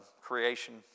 creation